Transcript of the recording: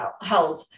held